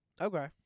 Okay